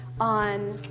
on